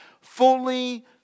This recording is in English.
fully